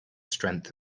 strength